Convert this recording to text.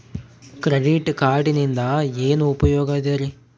Credit ಕಾರ್ಡಿನಿಂದ ಏನು ಉಪಯೋಗದರಿ?